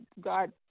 God